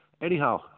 Anyhow